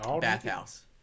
bathhouse